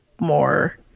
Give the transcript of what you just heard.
more